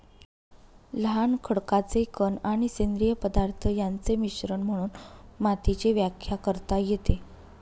लहान खडकाचे कण आणि सेंद्रिय पदार्थ यांचे मिश्रण म्हणून मातीची व्याख्या करता येते